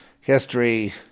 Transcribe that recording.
History